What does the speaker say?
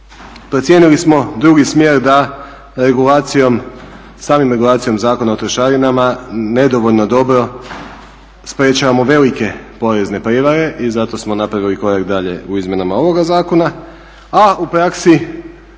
procijenili smo drugi smjer da samom regulacijom Zakona o trošarinama nedovoljno dobro sprečavamo velike porezne prijevare i zato smo napravili korak dalje u izmjenama ovog zakona. A u praksi